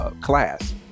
class